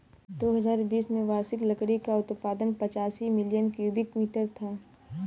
दो हजार बीस में वार्षिक लकड़ी का उत्पादन पचासी मिलियन क्यूबिक मीटर था